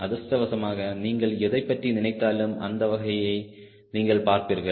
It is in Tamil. அதிர்ஷ்டவசமாக நீங்கள் எதைப் பற்றி நினைத்தாலும் அந்த வகையை நீங்கள் பார்ப்பீர்கள்